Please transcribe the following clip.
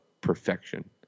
perfection